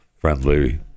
friendly